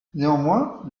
néanmoins